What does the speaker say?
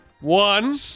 One